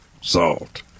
salt